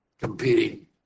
competing